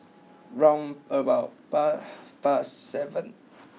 round about par fast seven